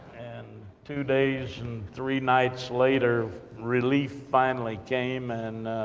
and two days, and three nights later, relief finally came, and